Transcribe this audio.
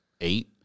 eight